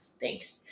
Thanks